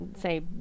say